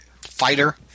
fighter